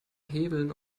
hebeln